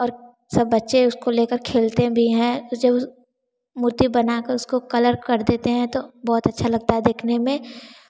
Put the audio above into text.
और सब बच्चे उसको लेकर खेलते भी हैं उसे मूर्ति बनाकर उसको कलर कर देते हैं तो बहुत अच्छा लगता है देखने में